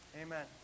Amen